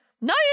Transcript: no